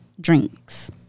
drinks